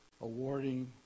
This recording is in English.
awarding